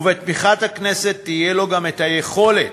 ובתמיכת הכנסת תהיה לו גם יכולת